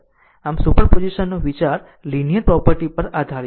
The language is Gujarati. આમ સુપરપોઝિશન નો વિચાર લીનીયર પ્રોપર્ટી પર આધારિત છે